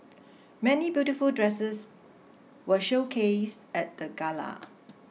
many beautiful dresses were showcased at the Gala